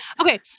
Okay